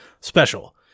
special